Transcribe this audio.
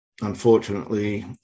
unfortunately